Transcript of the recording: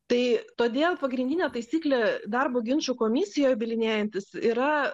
tai todėl pagrindinė taisyklė darbo ginčų komisijoj bylinėjantis yra